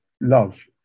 love